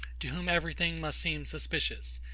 to whom every thing must seem suspicious,